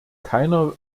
keiner